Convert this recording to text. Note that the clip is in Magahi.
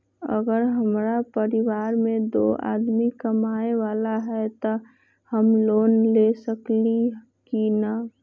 अगर हमरा परिवार में दो आदमी कमाये वाला है त हम लोन ले सकेली की न?